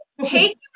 take